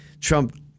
Trump